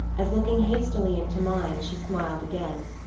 as, looking hastily into mine, she smiled again,